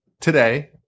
Today